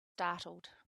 startled